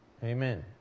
Amen